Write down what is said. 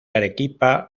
arequipa